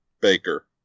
baker